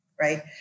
right